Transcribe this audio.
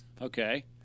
Okay